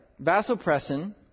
Vasopressin